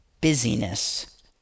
busyness